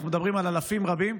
אנחנו מדברים על אלפים רבים,